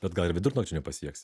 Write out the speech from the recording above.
bet gal ir vidurnakčio nepasieks